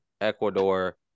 Ecuador